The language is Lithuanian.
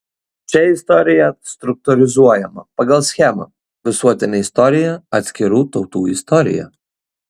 čia istorija struktūrizuojama pagal schemą visuotinė istorija atskirų tautų istorija